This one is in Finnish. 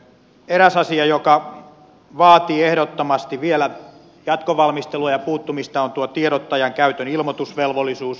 eräs asia joka vaatii ehdottomasti vielä jatkovalmistelua ja puuttumista on tuo tiedottajan käytön ilmoitusvelvollisuus